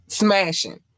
Smashing